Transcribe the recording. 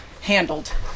handled